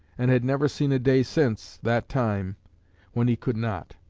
and had never seen a day since that time when he could not.